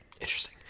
Interesting